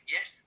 Yes